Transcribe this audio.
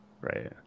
Right